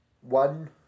one